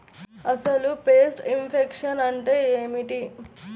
అసలు pest infection అంటే ఏమిటి?